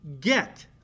get